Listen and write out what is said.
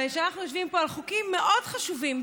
שאנחנו יושבים פה על חוקים מאוד חשובים,